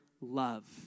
love